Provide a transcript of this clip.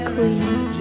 Queen